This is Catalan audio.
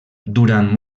durant